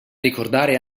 ricordare